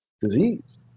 disease